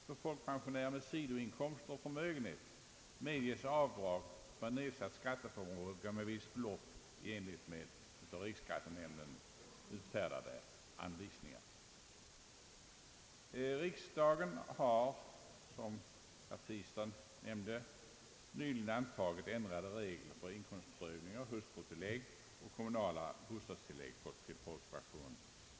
För folkpensionär med sidoixkomster av förmögenhet medges avdrag för nedsatt skatteförmåga med visst belopp i enlighet med av riksskattenämnden utfärdade anvisningar. de, nyligen antagit ändrade regler för inkomstprövning av hustrutillägg och kommunala bostadstillägg till folkpensionärer.